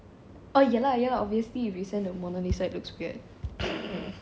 ah ya lah ya lah obviously if you send the mona lisa it looks weird